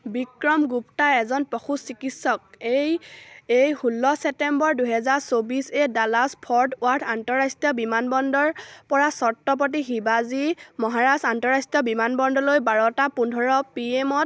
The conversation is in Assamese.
বিক্ৰম গুপ্তা এজন পশু চিকিৎসক এই এই ষোল্ল ছেপ্তেম্বৰ দুহেজাৰ চৌবিছ এ ডালাছ ফৰ্ট ৱাৰ্থ আন্তঃৰাষ্ট্ৰীয় বিমানবন্দৰৰপৰা ছত্ৰপতি শিৱাজী মহাৰাজ আন্তঃৰাষ্ট্ৰীয় বিমানবন্দৰলৈ বাৰটা পোন্ধৰ পি এমত